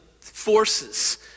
forces